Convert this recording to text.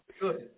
Good